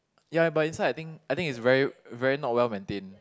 ya but inside I think I think is very very not well maintain